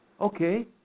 Okay